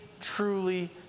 truly